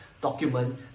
document